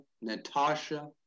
Natasha